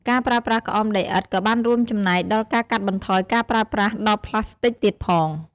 ការប្រើប្រាស់ក្អមដីឥដ្ឋក៏បានរួមចំណែកដល់ការកាត់បន្ថយការប្រើប្រាស់ដបប្លាស្ទិកទៀតផង។